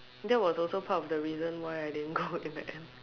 that was also part of the reason why I didn't go in the end